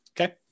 Okay